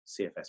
CFS